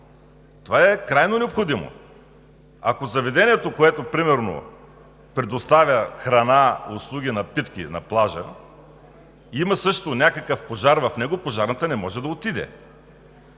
Това е крайно необходимо! Ако в заведението, което примерно предоставя храна, услуги, напитки на плажа, има някакъв пожар, пожарната не може да отиде.